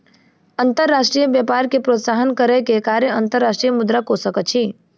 अंतर्राष्ट्रीय व्यापार के प्रोत्साहन करै के कार्य अंतर्राष्ट्रीय मुद्रा कोशक अछि